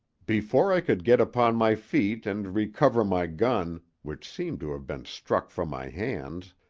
before i could get upon my feet and recover my gun, which seemed to have been struck from my hands,